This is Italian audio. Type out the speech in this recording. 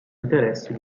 interessi